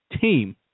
team